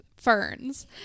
ferns